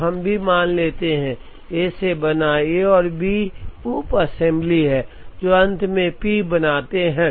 तो हम यह भी मान लेते हैं कि A से बना है A और B उप असेंबली हैं जो अंत में P बनाते हैं